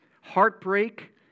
heartbreak